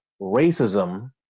racism